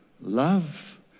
Love